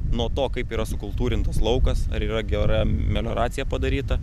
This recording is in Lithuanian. nuo to kaip yra sukultūrintas laukas ar yra gera melioracija padaryta